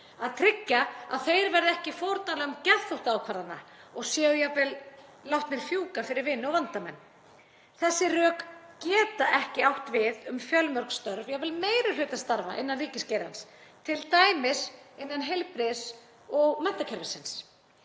að tryggja að þeir verði ekki fórnarlömb geðþóttaákvarðana og séu jafnvel látnir fjúka fyrir vini og vandamenn. Þessi rök geta ekki átt við um fjölmörg störf, jafnvel meiri hluta starfa, innan ríkisgeirans, t.d. innan heilbrigðis- og menntakerfisins.